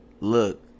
look